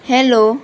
hello